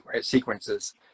sequences